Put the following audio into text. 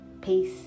Peace